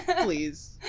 please